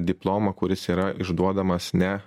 diplomą kuris yra išduodamas ne